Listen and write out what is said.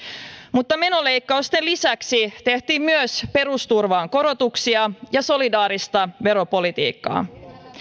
mutta menoleikkausten lisäksi tehtiin myös perusturvaan korotuksia ja solidaarista veropolitiikkaa